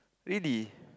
really